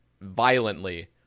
violently